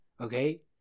Okay